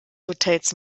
hotels